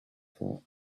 for